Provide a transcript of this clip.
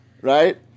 Right